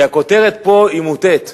הכותרת פה היא מוטעית.